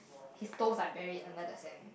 his toes are buried under the sand